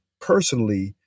personally